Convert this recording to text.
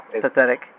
pathetic